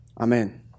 amen